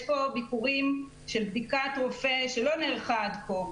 ישנם ביקורי רופא שלא נערכו עד כה,